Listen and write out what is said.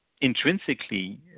intrinsically